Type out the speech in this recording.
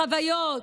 החוויות,